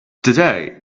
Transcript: today